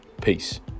Peace